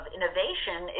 Innovation